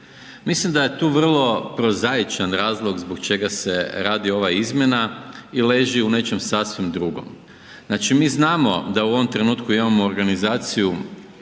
Mislim da je tu vrlo prozaičan razlog zbog čega se radi ova izmjena i leži u nečem sasvim drugom. Znači mi znamo da u ovom trenutku imamo organizaciju